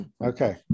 okay